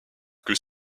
que